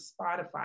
Spotify